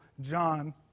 John